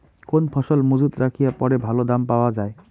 কোন ফসল মুজুত রাখিয়া পরে ভালো দাম পাওয়া যায়?